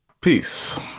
Peace